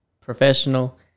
professional